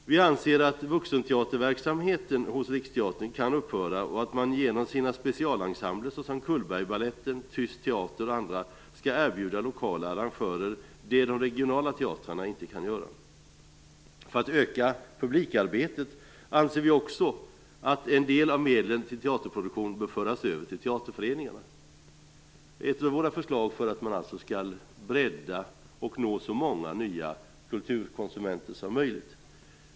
Vi anser att vuxenteaterverksamheten hos Riksteatern kan upphöra och att man genom sina specialensembler såsom Cullbergbaletten och Tyst Teater skall erbjuda lokala arrangörer det de regionala teatrarna inte kan göra. För att öka publikarbetet anser vi också att en del av medlen till teaterproduktion bör föras över till teaterföreningarna. Det är ett av våra förslag för att man skall kunna bredda och nå så många nya kulturkonsumenter som möjligt.